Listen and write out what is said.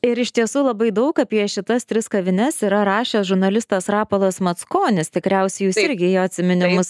ir iš tiesų labai daug apie šitas tris kavines yra rašęs žurnalistas rapolas mackonis tikriausiai jūs irgi jo atsiminimus